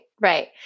Right